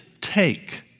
take